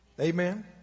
Amen